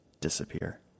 disappear